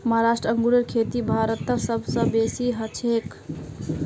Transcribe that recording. महाराष्ट्र अंगूरेर खेती भारतत सब स बेसी हछेक